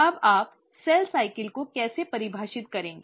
अब आप कोशिका चक्र को कैसे परिभाषित करेंगे